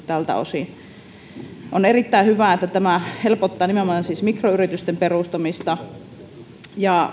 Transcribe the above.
tältä osin on erittäin hyvä että tämä siis helpottaa nimenomaan mikroyritysten perustamista ja